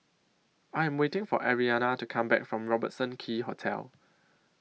I Am waiting For Arianna to Come Back from Robertson Quay Hotel